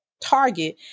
target